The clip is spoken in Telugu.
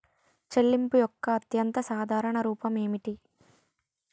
చెల్లింపు యొక్క అత్యంత సాధారణ రూపం ఏమిటి?